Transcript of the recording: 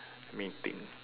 mating